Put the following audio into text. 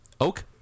Oak